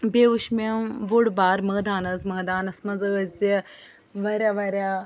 بیٚیہِ وُچھ مےٚ بوٚڑ بار مٲدان حٲظ مٲدانَس منٛز ٲسۍ زِ واریاہ واریاہ